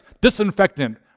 disinfectant